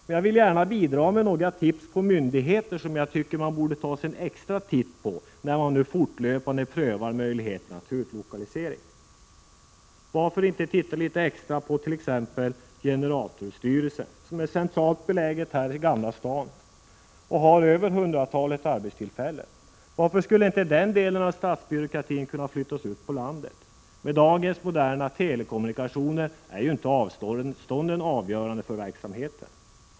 Men jag vill gärna bidra med några tips på myndigheter som jag tycker man borde ta sig en extra titt på, när man ”fortlöpande prövar” möjligheterna till utlokalisering. Varför inte titta litet extra på t.ex. generaltullstyrelsen, som är centralt belägen här i Gamla stan och har över hundratalet arbetstillfällen? Varför skulle inte den delen av statsbyråkratin kunna flyttas ut i landet? Med dagens moderna telekommunikationer är avstånden inte avgörande för verksamheten.